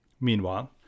Meanwhile